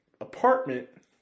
apartment